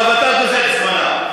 עכשיו, אתה גוזל זמן.